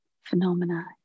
phenomena